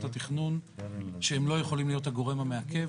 התכנון שהם לא יכולים להיות הגורם המעכב.